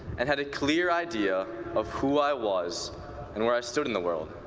and had a clear idea of who i was and where i stood in the world.